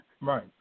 Right